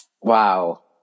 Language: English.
Wow